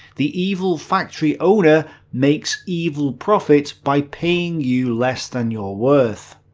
the evil factory owner makes evil profit by paying you less than your worth.